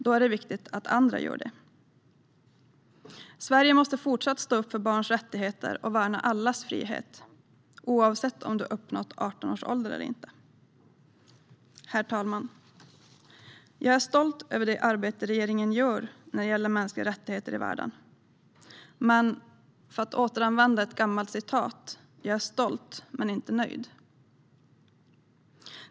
Då är det viktigt att andra gör det. Sverige måste fortsätta att stå upp för barns rättigheter och värna allas frihet, oavsett om de uppnått 18 års ålder eller inte. Herr talman! Jag är stolt över det arbete regeringen gör för mänskliga rättigheter i världen. Låt mig återanvända en gammal fras: Jag är stolt men inte nöjd.